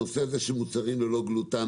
הנושא הזה של מוצרים ללא גלוטן